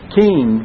king